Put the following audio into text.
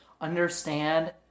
understand